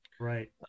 Right